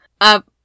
up